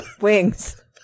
wings